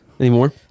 Anymore